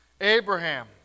Abraham